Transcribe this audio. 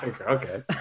Okay